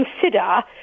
consider